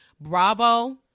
Bravo